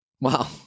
Wow